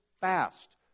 fast